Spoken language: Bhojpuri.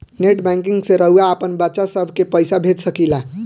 नेट बैंकिंग से रउआ आपन बच्चा सभ के पइसा भेज सकिला